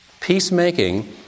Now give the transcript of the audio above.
Peacemaking